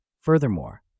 Furthermore